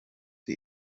die